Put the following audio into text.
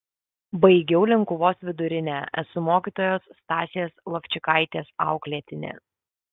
baigiau linkuvos vidurinę esu mokytojos stasės lovčikaitės auklėtinė